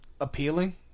appealing